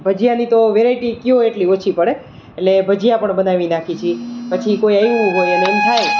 ભજીયાની તો વેરાયટી કહો એટલી ઓછી પડે એટલે ભજીયા પણ બનાવી નાખીએ છીએ પછી કોઈ આવ્યું હોય અને એમ થાય